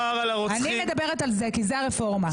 מדברת על זה, כי זו הרפורמה.